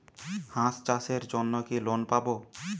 হাঁস চাষের জন্য কি লোন পাব?